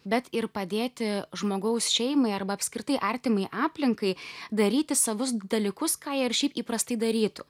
bet ir padėti žmogaus šeimai arba apskritai artimai aplinkai daryti savus dalykus ką jie ir šiaip įprastai darytų